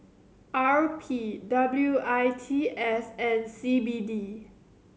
R P W I T S and C B D